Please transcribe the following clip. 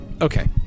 Okay